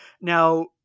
Now